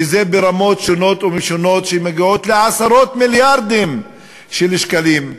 שזה ברמות שונות ומשונות שמגיעות לעשרות מיליארדים של שקלים,